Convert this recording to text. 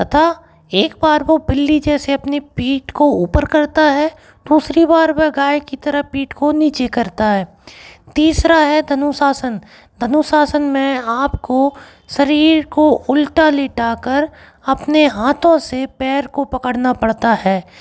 तथा एक बार वो बिल्ली जैसे अपनी पीठ को ऊपर करता है दूसरी बार वह गाय की तरह पीठ को नीची करता है तीसरा है धनुरासन धनुरासन में आप को शरीर को उल्टा लिटा कर अपने हाथों से पैर को पकड़ना पड़ता है